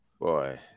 Boy